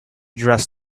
dress